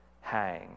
hang